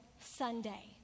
Sunday